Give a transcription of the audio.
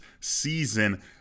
season